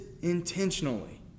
intentionally